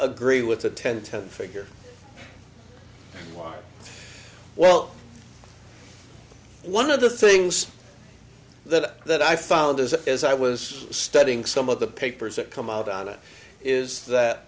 agree with a ten ten figure well one of the things that that i found as as i was studying some of the papers that come out on it is that